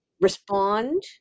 respond